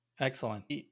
Excellent